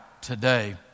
today